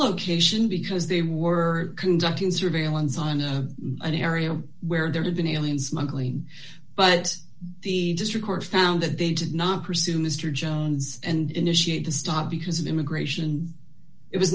location because they were conducting surveillance on a an area where there have been alien smuggling but the district court found that they did not pursue mr jones and initiate to stop because of immigration it was